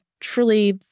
truly